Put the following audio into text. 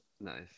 nice